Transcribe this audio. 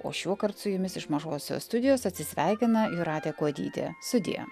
o šiuokart su jumis iš mažosios studijos atsisveikina jūratė kuodytė sudie